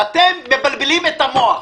ואתם מבלבלים את המוח.